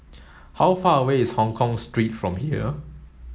how far away is Hongkong Street from here